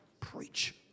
preach